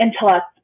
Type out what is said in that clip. intellect